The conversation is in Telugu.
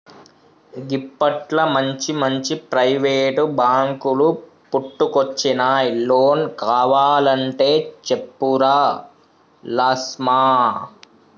గిప్పట్ల మంచిమంచి ప్రైవేటు బాంకులు పుట్టుకొచ్చినయ్, లోన్ కావలంటే చెప్పురా లస్మా